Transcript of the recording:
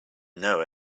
know